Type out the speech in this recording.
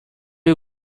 you